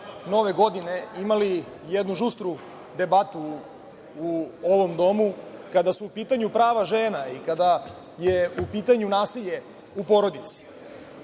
Nove godine imali jednu žustru debatu u ovom domu, kada su u pitanju prava žena i kada je u pitanju nasilje u porodici. Dakle,